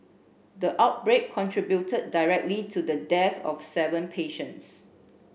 the outbreak contributed directly to the death of seven patients